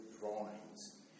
drawings